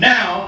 Now